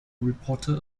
reporter